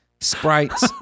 Sprites